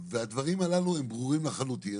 והדברים הללו הם ברורים לחלוטין.